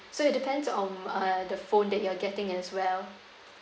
so it depends on uh the phone that you are getting as well